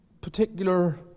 particular